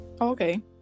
okay